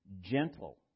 gentle